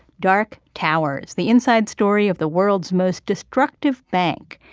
dark towers the inside story of the world's most destructive bank.